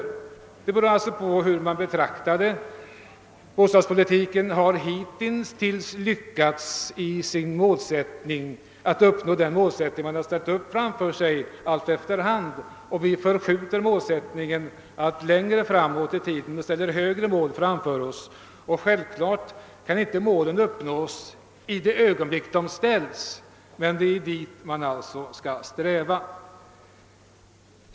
Det hela beror alltså på hur man betraktar det. Bostadspolitiken har hitintills lyckats att uppnå den målsättning man har ställt upp för sig efter hand. Vi förskjuter målsättningen längre framåt i tiden och ställer allt högre mål framför oss. Självklart kan inte målen uppnås i det ögonblick de ställs, men det är alltså dit man skall sträva.